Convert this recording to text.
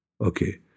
okay